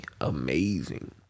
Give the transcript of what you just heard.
amazing